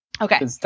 Okay